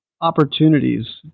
opportunities